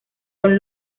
con